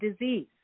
disease